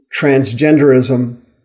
transgenderism